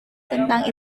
tentang